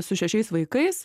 su šešiais vaikais